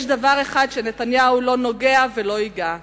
יש דבר אחד שנתניהו לא נוגע ולא ייגע בו,